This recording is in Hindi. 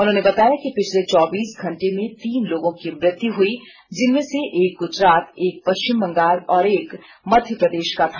उन्होंने बताया कि पिछले चौबीस घंटे में तीन लोगों की मृत्यु हुई जिनमें से एक गुजरात एक पश्चिम बंगाल और एक मध्य प्रदेश का था